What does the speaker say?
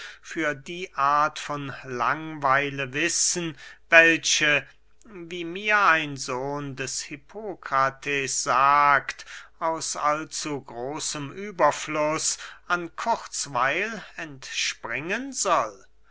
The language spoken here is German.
für die art von langweile wissen welche wie mir ein sohn des hippokrates sagt aus allzugroßem überfluß an kurzweil entspringen soll